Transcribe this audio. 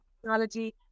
technology